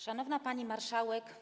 Szanowna Pani Marszałek!